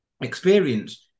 experience